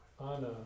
Anna